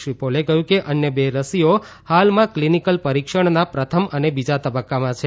શ્રી પોલે કહ્યું કે અન્ય બે રસીઓ હાલમાં ક્લિનીકલ પરિક્ષણના પ્રથમ અને બીજા તબક્કામાં છે